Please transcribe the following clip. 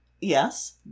yes